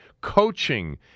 Coaching